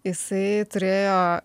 jisai turėjo